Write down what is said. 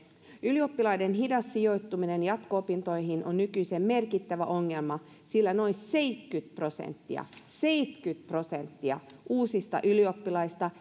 ylioppilaiden hidas sijoittuminen jatko opintoihin on nykyisin merkittävä ongelma sillä noin seitsemänkymmentä prosenttia seitsemänkymmentä prosenttia uusista ylioppilaista